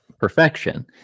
perfection